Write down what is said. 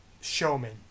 showman